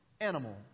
animal